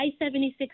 I-76